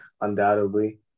undoubtedly